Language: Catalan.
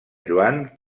joan